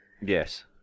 yes